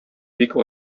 бик